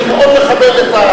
אני מאוד מכבד את,